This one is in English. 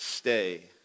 Stay